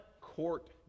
court